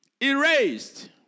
Erased